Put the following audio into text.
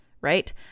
right